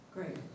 Great